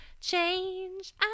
change